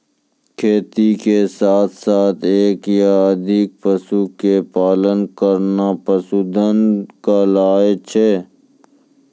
खेती के साथॅ साथॅ एक या अधिक पशु के पालन करना पशुधन कहलाय छै